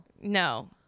No